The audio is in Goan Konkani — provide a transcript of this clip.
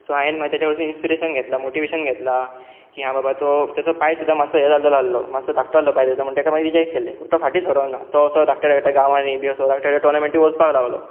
सो हांवें तेज्या कडसून इंस्पिरेशन घेतला मोटिशन घेतला की हां बाबा तो ताचो पांय सुदा मातसो हें जाल्लो मस्सो धाकटो आहलो पांय तेजो म्हण तेणी चेक केलें म्हण तो फटी सरो ना तोसो धाकट धाकट गांवांनी बी असो धाकट टोनर्मटांनी वचपाक लागलो